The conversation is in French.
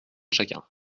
chacun